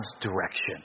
direction